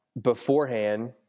beforehand